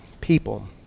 people